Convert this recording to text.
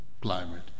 climate